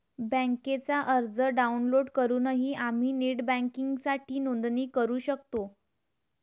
बँकेचा अर्ज डाउनलोड करूनही आम्ही नेट बँकिंगसाठी नोंदणी करू शकतो